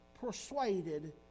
persuaded